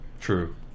True